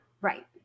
Right